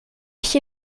ich